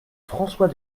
françois